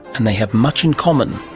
and they have much in common.